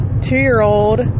two-year-old